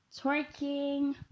twerking